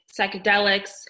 psychedelics